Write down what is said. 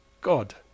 god